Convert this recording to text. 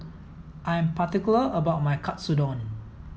I'm particular about my Katsudon